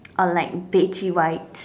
or like beige white